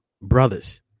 Brothers